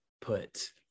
put